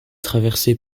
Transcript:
traversé